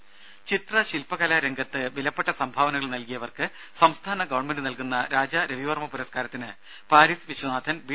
രംഭ ചിത്ര ശിൽപകലാ രംഗത്ത് വിലപ്പെട്ട സംഭാവനകൾ നൽകിയവർക്ക് സംസ്ഥാന ഗവൺമെന്റ് നൽകുന്ന രാജാ രവിവർമ പുരസ്കാരത്തിന് പാരീസ് വിശ്വനാഥൻ ബി